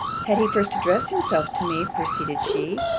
had he first addressed himself to me, proceeded she,